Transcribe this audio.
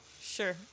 Sure